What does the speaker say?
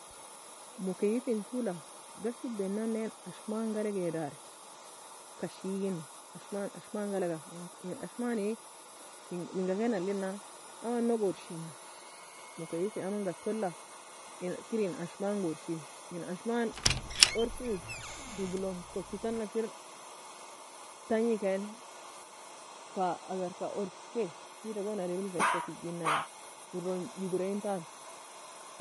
مكيف en toue la ghasibe nan nae ashman ga alagaie dari kashi egina ashman ashman galga, en ashmani menga ken alina aman log urshina مكيف aman ga toula kir en ashman ga urshi en ashman orki toug elon kochi tana kir tangei kan agarka fa orkie wida goon ademri fa eska teagena yani guri elon gogra ekan